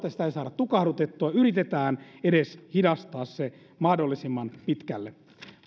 että sitä ei saada tukahdutettua yritetään edes hidastaa sitä mahdollisimman pitkälle